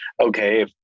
okay